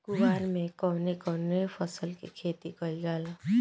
कुवार में कवने कवने फसल के खेती कयिल जाला?